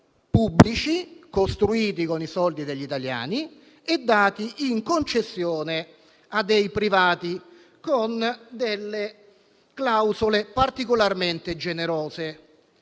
pubblici costruiti con i soldi degli italiani e dati in concessione a dei privati con delle clausole particolarmente generose.